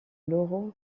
laurent